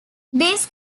these